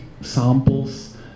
samples